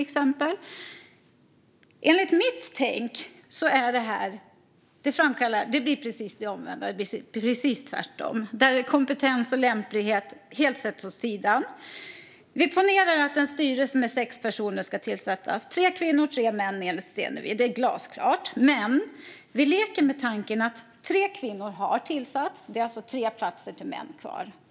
Enligt mitt sätt att tänka framkallar det här det omvända. Det blir precis tvärtom. Kompetens och lämplighet sätts helt åt sidan. Vi ponerar att en styrelse med sex personer ska tillsättas - tre kvinnor och tre män, enligt Stenevi. Det är glasklart. Men vi leker med tanken att tre kvinnor har tillsatts. Det är alltså tre platser till män kvar.